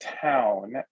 town